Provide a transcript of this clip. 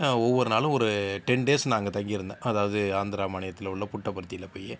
ஒவ்வொரு நாளும் ஒரு டென் டேஸ் நான் அங்கே தங்கியிருந்தேன் அதாவது ஆந்திரா மாநிலத்தில் உள்ள புட்டபர்த்தில போய்